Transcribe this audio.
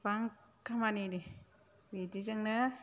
गोबां खामानि बिदिजोंनो